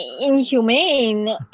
Inhumane